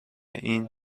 این